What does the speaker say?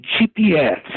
GPS